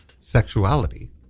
sexuality